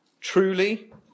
Truly